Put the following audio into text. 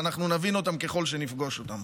ואנחנו נבין אותן ככל שנפגוש אותן,